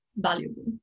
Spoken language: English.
valuable